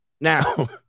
Now